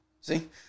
see